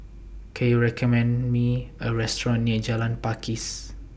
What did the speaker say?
Can YOU recommend Me A Restaurant near Jalan Pakis